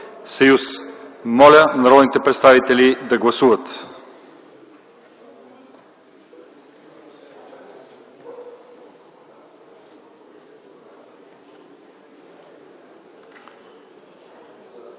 Моля, народните представители да гласуват.